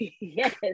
yes